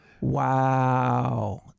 Wow